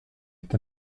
est